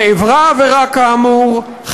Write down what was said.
נעברה עבירה כאמור,